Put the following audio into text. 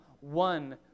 one